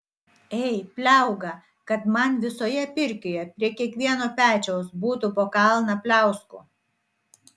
ei pliauga kad man visoje pirkioje prie kiekvieno pečiaus būtų po kalną pliauskų